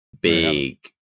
Big